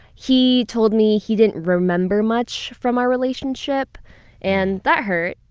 he told me he didn't remember much from our relationship and that hurt.